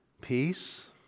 peace